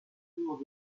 tour